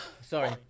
sorry